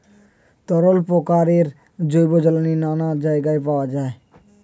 তরল প্রকারের জৈব জ্বালানি নানা জায়গায় পাওয়া যায়